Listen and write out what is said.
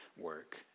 work